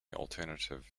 alternative